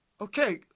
Okay